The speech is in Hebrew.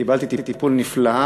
קיבלתי טיפול נפלא,